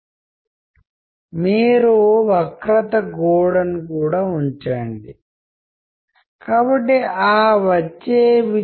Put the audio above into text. మన వద్ద బాగా తెలిసిన కథ ఒకటి ఉంది ఆరుగురు అంధ వ్యక్తుల ఇంకా ఒక ఏనుగు గురించి వాళ్లు అనుభవాన్ని కనుగొనాలనిలేదా నిర్వచించాలని అనుకున్నారు ఒక ఏనుగు ఎలా ఉంటుంది అని